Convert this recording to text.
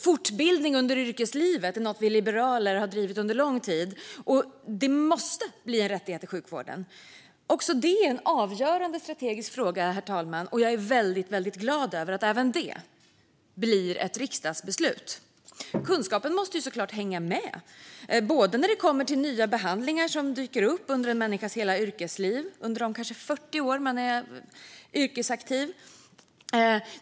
Fortbildning under yrkeslivet är en fråga som vi liberaler har drivit under lång tid. Det måste bli en rättighet i sjukvården. Också det är en avgörande strategisk fråga. Jag är väldigt glad över att det blir ett riksdagsbeslut även om det. Kunskapen måste såklart hänga med, bland annat när det kommer till nya behandlingar som dyker upp under en människas hela yrkesliv, under de kanske 40 år som man är yrkesaktiv.